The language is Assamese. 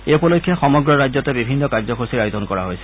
এই উপলক্ষে সমগ্ৰ ৰাজ্যতে বিভিন্ন কাৰ্যসূচীৰ আয়োজন কৰা হৈছে